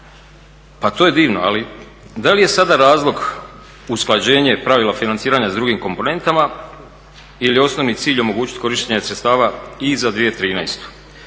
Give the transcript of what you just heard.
Pa to je divno, ali da li je sada razlog usklađenje pravila financiranja s drugim komponentama ili je osnovni cilj omogućiti korištenje sredstava i za 2013.